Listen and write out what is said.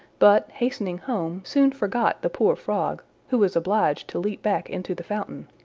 but, hastening home, soon forgot the poor frog, who was obliged to leap back into the fountain.